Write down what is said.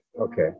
Okay